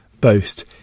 boast